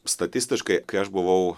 statistiškai kai aš buvau